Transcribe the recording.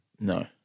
No